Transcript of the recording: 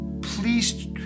Please